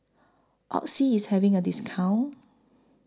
Oxy IS having A discount